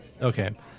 Okay